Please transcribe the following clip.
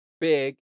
big